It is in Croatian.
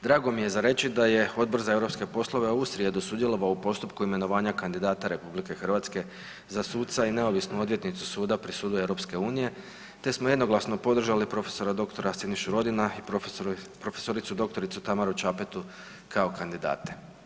Drago mi je za reći da je Odbor za europske poslove ovu srijedu sudjelovao u postupku imenovanja kandidata RH za suca i neovisnu odvjetnicu suda pri sudu EU te smo jednoglasno podržali prof.dr. Sinišu Rodina i prof.dr. Tamaru Čapetu kao kandidate.